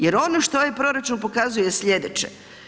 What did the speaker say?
Jer ono što ovaj proračun pokazuje je sljedeće.